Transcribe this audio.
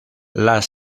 las